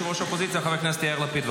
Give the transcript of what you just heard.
ראש האופוזיציה חבר הכנסת יאיר לפיד,